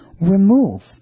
remove